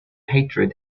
hatred